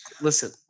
Listen